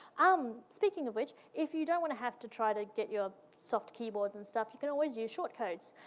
um speaking of which, if you don't want to have to try to get your ah soft keyboard and stuff, you can always use short codes.